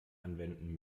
anwenden